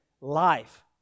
life